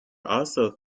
also